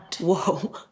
Whoa